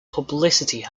publicity